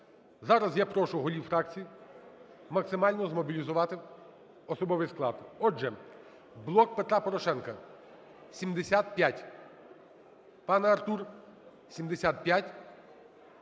Зараз я прошу голів фракцій максимально змобілізувати особовий склад. Отже, "Блок Петра Порошенка" – 75, Пане Артур, 75.